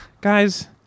guys